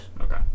Okay